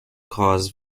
cause